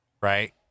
Right